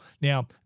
Now